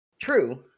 True